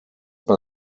bei